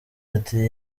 ati